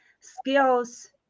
skills